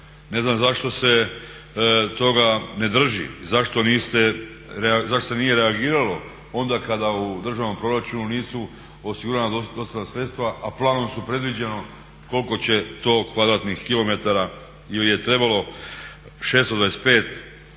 Ne znam zašto se toga ne drži, zašto se nije reagiralo onda kada u državnom proračunu nisu osigurana dostatna sredstva, a planom su predviđena koliko će to kvadratnih kilometara ili je trebalo 625,9 km2